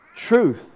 Truth